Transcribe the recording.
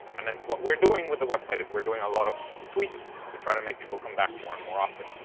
and then what we're doing with the website is we're doing a lot of tweaks to try to make people come back more and more often.